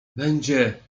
będzie